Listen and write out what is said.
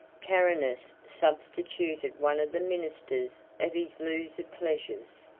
carinus substituted one of the ministers of his looser pleasures.